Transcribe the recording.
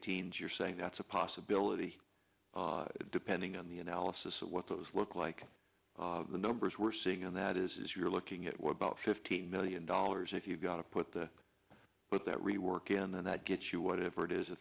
eighteen you're saying that's a possibility depending on the analysis of what those look like the numbers we're seeing and that is you're looking at what about fifteen million dollars if you've got to put the with that rework in there that gets you whatever it is a